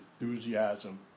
enthusiasm